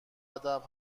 ادب